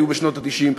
היו בשנות ה-90,